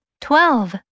twelve